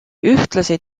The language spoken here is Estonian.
ühtlasi